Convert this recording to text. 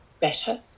better